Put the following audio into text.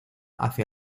hacia